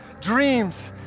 dreams